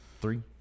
Three